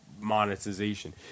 monetization